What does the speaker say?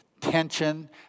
tension